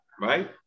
right